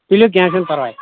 تُلِو کینٛہہ چھُنہٕ پَرواے